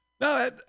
No